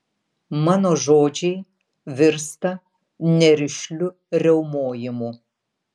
mano žodžiai virsta nerišliu riaumojimu